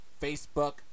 Facebook